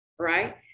right